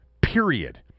Period